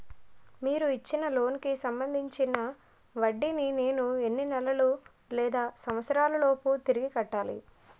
మీరు ఇచ్చిన లోన్ కి సంబందించిన వడ్డీని నేను ఎన్ని నెలలు లేదా సంవత్సరాలలోపు తిరిగి కట్టాలి?